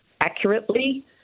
accurately